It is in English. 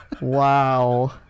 Wow